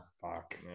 Fuck